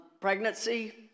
pregnancy